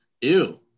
ew